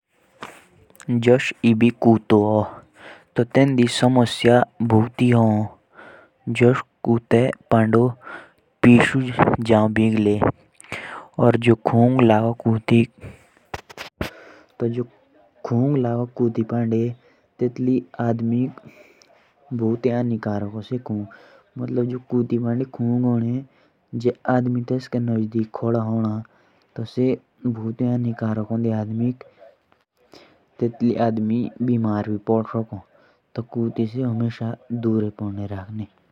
जैसे अभी कुत्ता ह तो उसपे बहुत परेशानियाँ होती ह। जैसे उनपे पिस्सू लग जाते ह। और खाँसी भी उन्हे बहुत होती ह। वैसे कुत्तों से दूर रहना पड़ता ह तब जब उन्हे खाँसी होती ह।